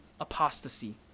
apostasy